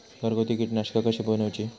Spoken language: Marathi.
घरगुती कीटकनाशका कशी बनवूची?